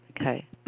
Okay